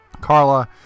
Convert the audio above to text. Carla